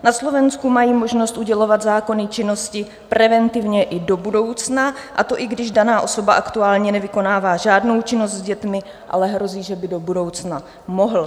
Na Slovensku mají možnost udělovat zákony činnosti preventivně i do budoucna, a to i když daná osoba aktuálně nevykonává žádnou činnost s dětmi, ale hrozí, že by do budoucna mohla.